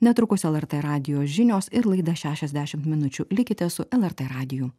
netrukus lrt radijo žinios ir laida šešiasdešim minučių likite su lrt radiju